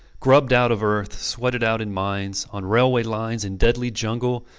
grubbed out of earth, sweated out in mines, on railway lines, in deadly jungle,